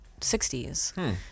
60s